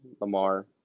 Lamar